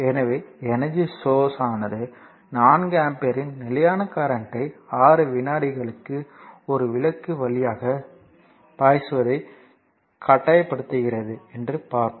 எனவே energy source ஆனது 4 ஆம்பியரின் நிலையான கரண்ட்யை 6 விநாடிகளுக்கு ஒரு விளக்கு வழியாகப் பாய்ச்சுவதை கட்டாயப்படுத்துகிறது என்று பார்ப்போம்